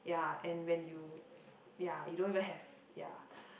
yeah and when you yeah you don't even have yeah